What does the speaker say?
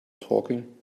talking